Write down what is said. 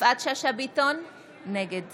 יפעת שאשא ביטון, נגד